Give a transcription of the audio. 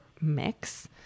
mix